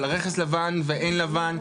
אבל רכס לבן ועין לבן.